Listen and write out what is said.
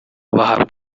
bahabwa